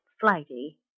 flighty